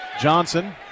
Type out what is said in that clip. Johnson